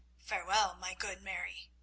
farewell, my good mary,